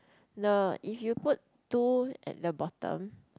no if you put two at the bottom